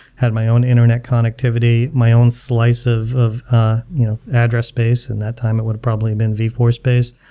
had my own internet connectivity, my own slice of of ah you know address space, in that time it would've probably been v four space,